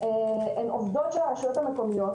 הן עובדות של הרשויות המקומיות,